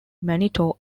manitou